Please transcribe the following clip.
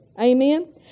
Amen